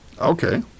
okay